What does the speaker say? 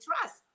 trust